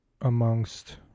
amongst